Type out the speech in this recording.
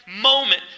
moment